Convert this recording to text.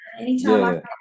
Anytime